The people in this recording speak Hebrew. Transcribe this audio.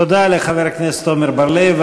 תודה לחבר הכנסת עמר בר-לב.